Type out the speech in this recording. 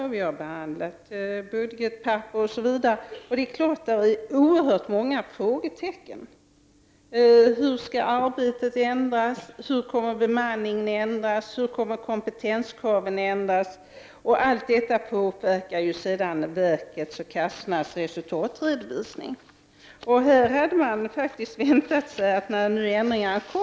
Vi har där behandlat budgetpapper osv., och det finns oerhört många frågetecken. Hur skall arbetet ändras? Hur kommer bemanningen att ändras? Hur kommer kompetenskraven att ändras? Allt detta påverkar sedan riksförsäkringsverkets och försäkringskassornas resultatredovisning.